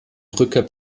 rückkehr